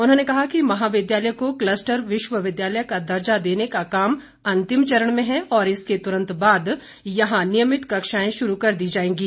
उन्होंने कहा कि महाविद्यालय को क्लस्टर विश्वविद्यालय का दर्जा देने का काम अंतिम चरण में है और इसके तुरंत बाद यहां नियमित कक्षाएं शुरू कर दी जाएंगी